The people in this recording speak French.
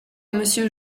monsieur